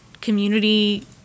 community